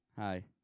Hi